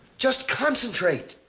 just concentrate.